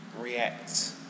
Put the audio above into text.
react